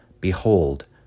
behold